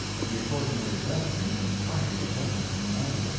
he accordingly addressed him in quite a gentlemanly manner,